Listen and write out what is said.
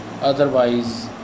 otherwise